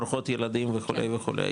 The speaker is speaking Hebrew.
ברוכות ילדים וכו' וכו',